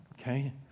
Okay